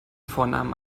vornamen